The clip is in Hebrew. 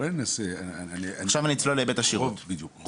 בדיוק.